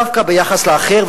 דווקא ביחס לאחר,